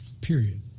Period